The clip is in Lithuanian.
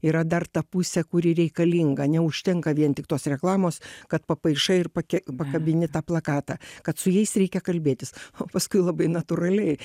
yra dar ta pusė kuri reikalinga neužtenka vien tik tos reklamos kad papaišai ir pake pakabinti tą plakatą kad su jais reikia kalbėtis o paskui labai natūraliai